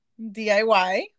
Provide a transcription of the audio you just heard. DIY